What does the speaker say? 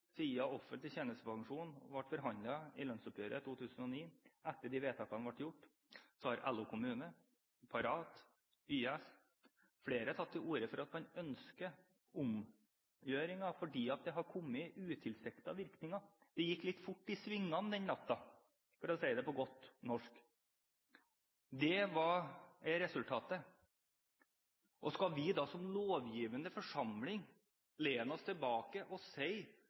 offentlig tjenestepensjon ble forhandlet i lønnsoppgjøret 2009, etter at de vedtakene ble gjort – har LO Kommune, Parat, YS og flere tatt til orde for at man ønsker omgjøringer fordi det har kommet utilsiktede virkninger. Det gikk litt fort i svingene den natten, for å si det på godt norsk. Det er resultatet. Skal vi da som lovgivende forsamling lene oss tilbake og si: